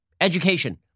education